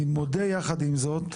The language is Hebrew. אני מודה יחד עם זאת,